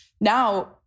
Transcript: now